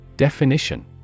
Definition